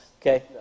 Okay